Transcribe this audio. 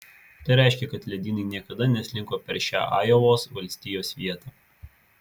tai reiškia kad ledynai niekada neslinko per šią ajovos valstijos vietą